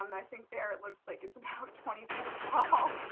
um i think there. it looks like it's about twenty feet tall.